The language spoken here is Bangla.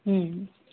হুম